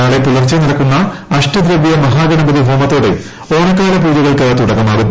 നാളെ പൂലർച്ചെ നടക്കുന്ന അഷ്ടദ്രവൃ മഹാഗണപതി ഹോമത്തോടെ ഓണക്കാല പൂജകൾക്ക് തുടക്കമാകും